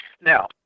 Now